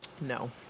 No